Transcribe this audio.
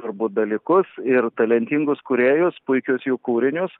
abu dalykus ir talentingus kūrėjus puikius jų kūrinius